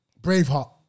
Braveheart